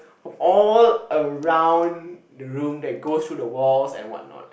of all around the room that goes through the walls and what not